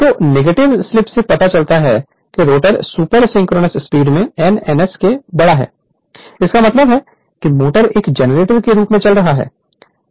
तो negative slip से पता चलता है कि रोटर सुपर सिंक्रोनस स्पीड में n n s से बड़ा है इसका मतलब है कि मोटर एक जनरेटर के रूप में चल रहा है